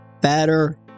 better